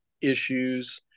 issues